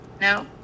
no